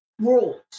Rules